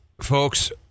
folks